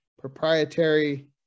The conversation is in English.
proprietary